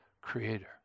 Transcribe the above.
creator